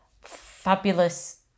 fabulous